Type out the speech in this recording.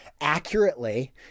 accurately